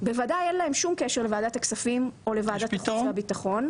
בוודאי אין להם שום קשר לוועדת הכספים או לוועדת החוץ והביטחון.